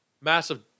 massive